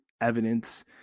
evidence